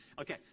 Okay